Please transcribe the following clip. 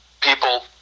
people